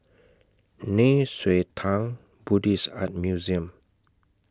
Nei Xue Tang Buddhist Art Museum